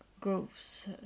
groups